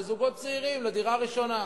לזוגות צעירים לדירה ראשונה.